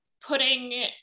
putting